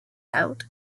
held